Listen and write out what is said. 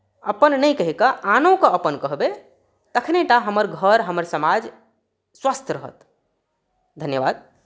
अपन नहि कहि कऽ आनोकेँ अपन कहबै तखनहि टा हमर घर हमर समाज स्वस्थ रहत धन्यवाद